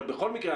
אבל בכל מקרה,